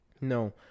no